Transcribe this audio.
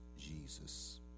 Jesus